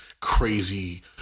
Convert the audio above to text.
crazy